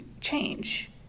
change